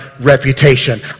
reputation